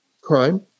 crime